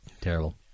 Terrible